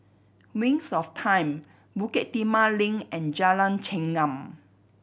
Wings of Time Bukit Timah Link and Jalan Chengam